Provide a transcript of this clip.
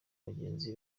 bagenzi